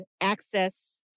access